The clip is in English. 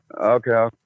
Okay